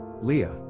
Leah